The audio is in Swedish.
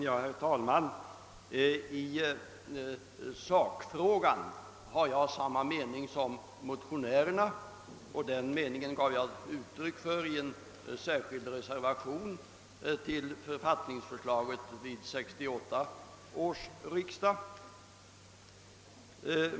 Herr talman! I sakfrågan har jag samma uppfattning som motionärerna, och denna uppfattning gav jag uttryck för i en reservation till författningsförslaget vid 1968 års riksdag.